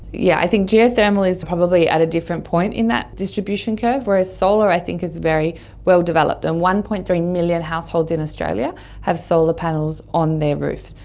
yeah i think geothermal is probably at a different point in that distribution curve, whereas solar i think is very well developed. and one. three million households in australia have solar panels on their roof.